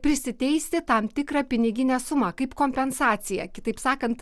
prisiteisti tam tikrą piniginę sumą kaip kompensaciją kitaip sakant